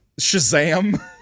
Shazam